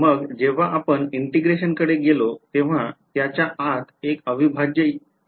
मग जेव्हा आम्ही integration कडे गेलो तेव्हा त्याच्या आत एक अविभाज्य चिन्ह होते